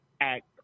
Act